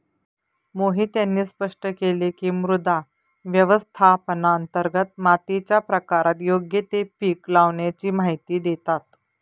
मोहित यांनी स्पष्ट केले की, मृदा व्यवस्थापनांतर्गत मातीच्या प्रकारात योग्य ते पीक लावाण्याची माहिती देतात